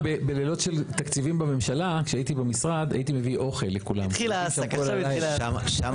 ימים יתחיל מרגע שהיו לחברת הביטוח המידע